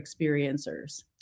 experiencers